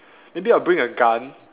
maybe I'll bring a gun